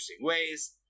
ways